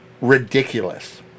Ridiculous